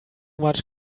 much